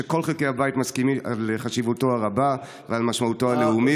שכל חלקי הבית מסכימים על חשיבותו הרבה ועל משמעותו הלאומית,